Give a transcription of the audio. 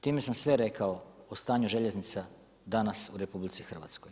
Time sam sve rekao o stanju željeznica danas u RH.